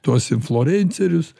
tuos inflorencerius